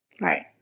Right